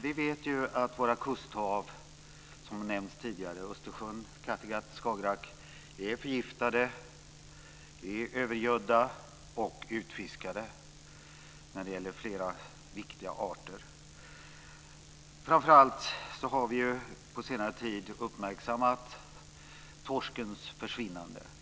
Vi vet att våra kusthav, som nämnts tidigare, Östersjön, Kattegatt och Skagerrak är förgiftade, övergödda och utfiskade när det gäller flera viktiga arter. Framför allt har vi på senare tid uppmärksammat torskens försvinnande.